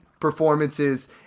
performances